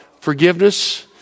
forgiveness